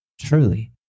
truly